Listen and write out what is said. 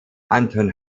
anton